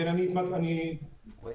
קודם